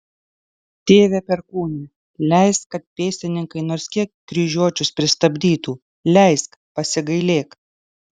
tėve perkūne leisk kad pėstininkai nors kiek kryžiuočius pristabdytų leisk pasigailėk